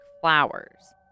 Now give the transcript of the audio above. flowers